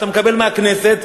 שאתה מקבל מהכנסת,